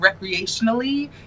recreationally